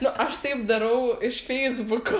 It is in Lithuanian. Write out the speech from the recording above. nu aš taip darau iš feisbuko